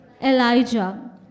Elijah